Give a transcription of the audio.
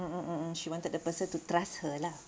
mm mm mm mm she wanted the person to trust her lah